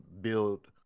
build